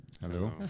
Hello